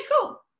Cool